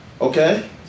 okay